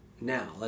now